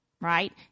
right